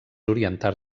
orientar